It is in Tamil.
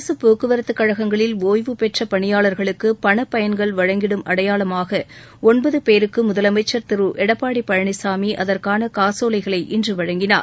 அரசு போக்குவரத்துக் கழகங்களில் ஒய்வுபெற்ற பணியாளா்களுக்கு பணப்பயன்கள் வழங்கிடும் அடையாளமாக ஒன்பது பேருக்கு முதலமைச்ச் திரு எடப்பாடி பழனிசாமி அதற்கான காசோலைகளை இன்று வழங்கினார்